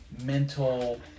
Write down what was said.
mental